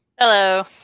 Hello